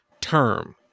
term